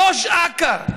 ראש אכ"א,